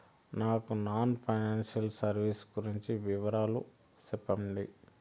నాకు non financial services గురించి వివరాలు సెప్పండి?